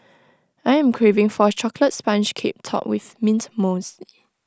I am craving for A Chocolate Sponge Cake Topped with Mint Mousse